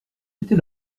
était